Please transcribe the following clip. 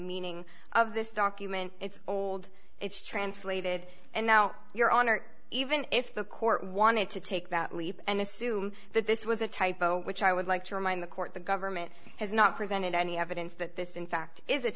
meaning of this document it's old it's translated and now your honor even if the court wanted to take that leap and assume that this was a typo which i would like to remind the court the government has not presented any evidence that this in fact is